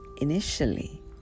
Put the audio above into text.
initially